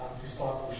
discipleship